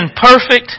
perfect